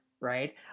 right